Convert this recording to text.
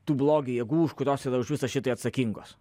tų blogio jėgų už kurios už visą šitą atsakingos